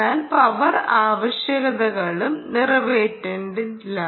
എന്നാൽ പവർ ആവശ്യകതകളും നിറവേറ്റില്ല